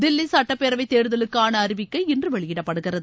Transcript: தில்லி சுட்டப்பேரவை தேர்தலுக்கான அறிவிக்கை இன்று வெளியிடப்படுகிறது